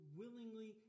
willingly